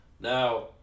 Now